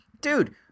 dude